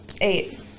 eight